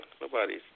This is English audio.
Nobody's